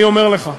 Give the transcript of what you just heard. אני אומר לך.